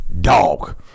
Dog